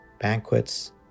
banquets